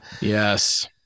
Yes